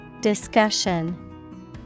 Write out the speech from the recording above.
Discussion